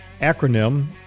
acronym